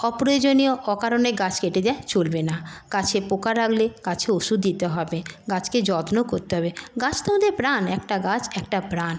অপ্রয়োজনীয় অকারণে গাছ কেটে দেওয়া চলবে না গাছে পোকা লাগলে গাছে ওষুধ দিতে হবে গাছকে যত্ন করতে হবে গাছ তো আমাদের প্রাণ একটা গাছ একটা প্রাণ